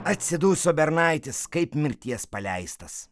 atsiduso bernaitis kaip mirties paleistas